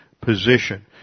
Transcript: position